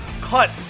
cut